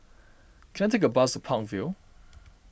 can I take a bus to Park Vale